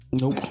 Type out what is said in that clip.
Nope